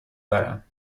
دارم